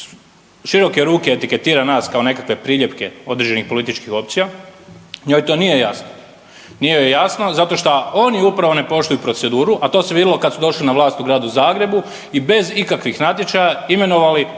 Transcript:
široke ruke etiketira kao nekakve priljepke određenih političkih opcija njoj to nije jasno. Nije joj jasno zato što oni upravo ne poštuju proceduru, a to se vidjelo kad su došli na vlast u Gradu Zagrebu i bez ikakvih natječaja imenovali